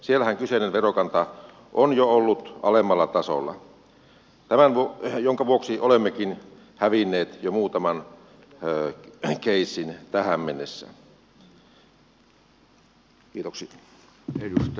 siellähän kyseinen verokanta on jo ollut alemmalla tasolla minkä vuoksi olemmekin hävinneet jo muutaman keissin tähän mennessä